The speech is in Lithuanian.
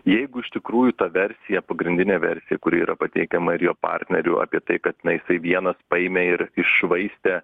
jeigu iš tikrųjų ta versija pagrindinė versija kuri yra pateikiama ir jo partnerių apie tai kad na jisai vienas paėmė ir iššvaistė